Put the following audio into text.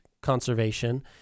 conservation